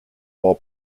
while